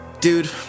dude